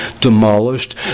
demolished